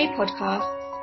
podcasts